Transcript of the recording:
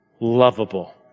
lovable